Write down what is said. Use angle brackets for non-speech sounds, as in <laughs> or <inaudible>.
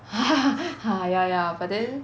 <laughs> ya ya but then